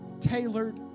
tailored